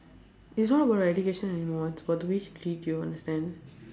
it's not about the education anymore it's about the way she treat you understand